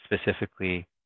specifically